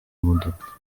modoka